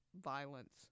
violence